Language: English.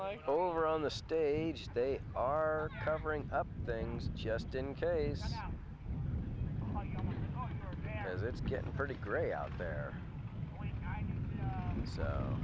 like over on the stage they are covering up things just in case it's getting pretty gray out there